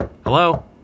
Hello